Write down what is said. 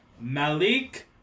Malik